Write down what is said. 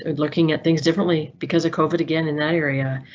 and looking at things differently because of kovit. again in that area.